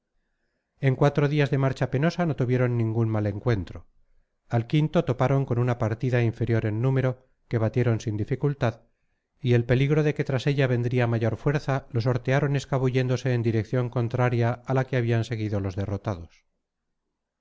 en cuatro días de marcha penosa no tuvieron ningún mal encuentro al quinto toparon con una partida inferior en número que batieron sin dificultad y el peligro de que tras ella vendría mayor fuerza lo sortearon escabulléndose en dirección contraria a la que habían seguido los derrotados